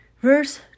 verse